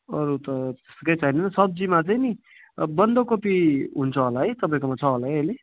अरू त केही चाहिँदैन सब्जीमा चाहिँ नि बन्दकोपी हुन्छ होला है तपाईँकोमा छ होला है अहिले